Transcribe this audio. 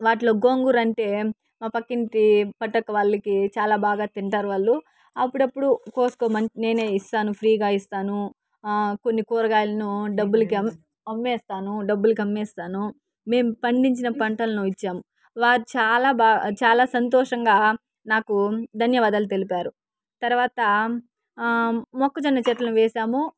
వాటిలో గోంగూర అంటే మా పక్కింటి పెద్దక్క వాళ్ళకి చాలా బాగా తింటారు వాళ్ళు అప్పుడప్పుడు కోసుకోమని నేనే ఇస్తాను ఫ్రీగా ఇస్తాను కొన్ని కూరగాయలను డబ్బులుకూ అమ్మేస్తాను డబ్బులుకూ అమ్మేస్తాను మెం పండించిన పంటలను ఇచ్చాం వారు చాలా బాగా చాలా సంతోషంగా నాకు ధన్యవాదాలు తెలిపారు తర్వాత మొక్కజొన్న చెట్లనువేసాము